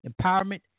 empowerment